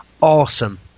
awesome